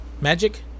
Magic